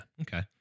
Okay